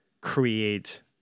create